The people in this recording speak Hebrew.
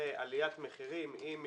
לעליית מחירים, אם ייווצר,